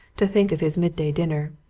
to think of his midday dinner.